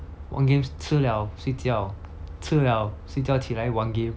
玩 game 吃 liao 睡觉吃 liao 睡觉起来玩 game